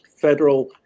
federal